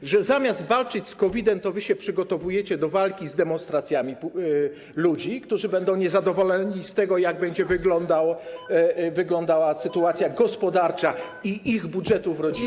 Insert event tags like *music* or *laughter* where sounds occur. To, że zamiast walczyć z COVID-em, wy się przygotowujecie do walki z demonstracjami ludzi, którzy będą niezadowoleni z tego, jak będzie wyglądała *noise* sytuacja gospodarcza i ich budżety rodzinne?